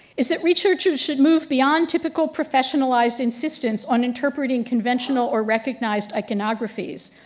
is that researchers should move beyond typical professionalized insistence on interpreting conventional or recognized iconographies.